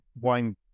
wine